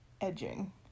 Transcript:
edging